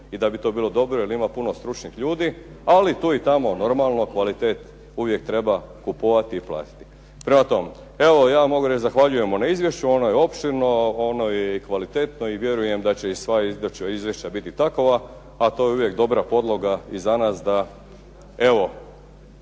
i da bi to bilo dobro jer ima puno stručnih ljudi ali tu i tamo normalno kvalitet uvijek treba kupovati i platiti. Prema tome, evo ja mogu reći zahvaljujem na izvješću, ono je opširno, ono je kvalitetno i vjerujem da će i sva izvješća biti takova a to je uvijek dobra podloga i za nas da evo